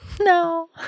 No